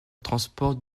transport